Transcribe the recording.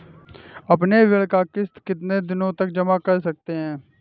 अपनी ऋण का किश्त कितनी दिनों तक जमा कर सकते हैं?